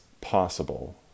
possible